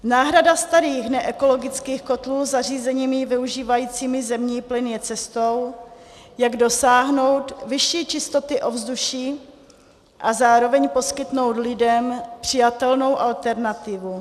Náhrada starých neekologických kotlů zařízeními využívajícími zemní plyn je cestou, jak dosáhnout vyšší čistoty ovzduší a zároveň poskytnout lidem přijatelnou alternativu.